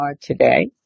today